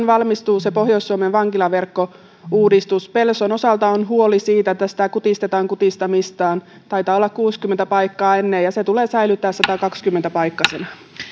valmistuu se pohjois suomen vankilaverkkouudistus pelson osalta on huoli siitä että sitä kutistetaan kutistamistaan taitaa olla kuusikymmentä paikkaa enää ja se tulee säilyttää satakaksikymmentä paikkaisena